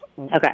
Okay